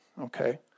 Okay